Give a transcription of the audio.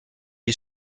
est